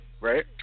right